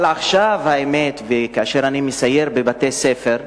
אבל עכשיו, האמת, כאשר אני מסייר בבתי-ספר,